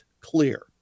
clear